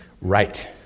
Right